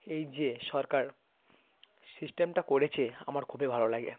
এই যে সরকার সিস্টেমটা করেছে আমার খুবই ভালো লাগে